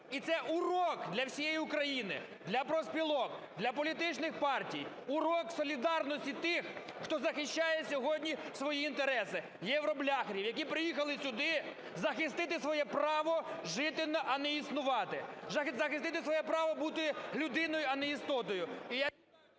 І це урок для всієї України, для профспілок, для політичних партій, урок солідарності тих, хто захищає сьогодні свої інтереси – "євробляхерів", які приїхали сюди захистити своє право жити, а не існувати, захистити своє право бути людиною, а не істотою.